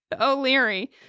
O'Leary